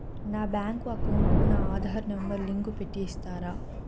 నా bank account కు నా ఆధార్ నెంబర్ లింకు పెట్టి ఇస్తారా?